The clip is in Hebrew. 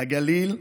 לגליל,